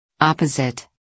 Opposite